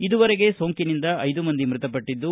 ಇದುವರೆಗೆ ಸೋಂಕಿನಿಂದ ಐದು ಮಂದಿ ಮೃತಪಟ್ಟದ್ದು